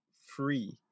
free